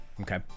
Okay